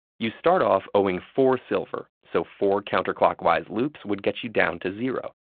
you start off owing four silver, so four counterclockwise loops would get you down to zero.